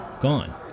gone